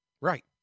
Right